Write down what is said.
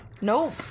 nope